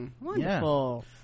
wonderful